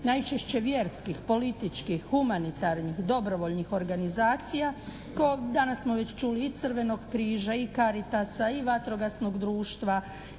najčešće vjerskih, političkih, humanitarnih dobrovoljnih organizacija. Danas smo već čuli i Crvenog križa i Caritasa i Vatrogasnog društva